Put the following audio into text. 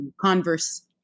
Converse